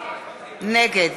נגד